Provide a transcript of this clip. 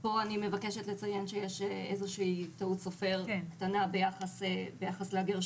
פה אני מבקשת לציין שיש איזו שהיא טעות סופר קטנה ביחס לגרשיים.